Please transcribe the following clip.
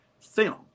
film